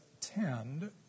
tend